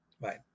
right